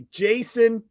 jason